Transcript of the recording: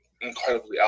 incredibly